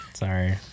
Sorry